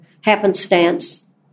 happenstance